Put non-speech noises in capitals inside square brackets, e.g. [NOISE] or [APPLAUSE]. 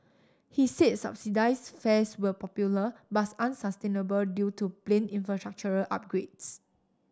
he said subsidised fares were popular but [UNINTELLIGIBLE] unsustainable due to planned infrastructural upgrades